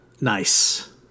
Nice